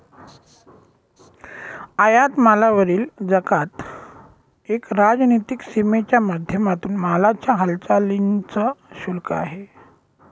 आयात मालावरील जकात एक राजनीतिक सीमेच्या माध्यमातून मालाच्या हालचालींच शुल्क आहे